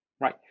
Right